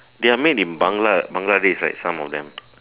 their made in Bangla~ Bangladesh right some of them